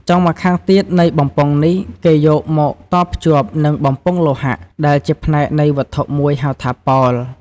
ចុងម្ខាងទៀតនៃបំពង់នេះ គេយកមកតភ្ជាប់នឹងបំពង់លោហៈ ដែលជាផ្នែកនៃវត្ថុមួយហៅថា «ប៉ោល» ។